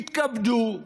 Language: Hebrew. יתכבדו,